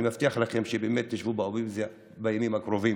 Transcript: אני מבטיח לכם שבאמת תשבו באופוזיציה בימים הקרובים,